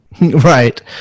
Right